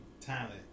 talent